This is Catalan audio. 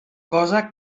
cosa